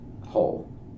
whole